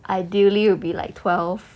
ideally will be like twelve